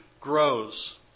grows